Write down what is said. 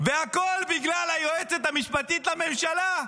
--- והכול בגלל היועצת המשפטית לממשלה.